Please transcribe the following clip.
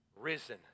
risen